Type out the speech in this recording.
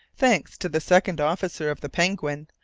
thanks to the second officer of the penguin,